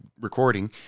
recording